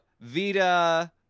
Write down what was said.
Vita